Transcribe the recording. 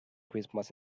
christmas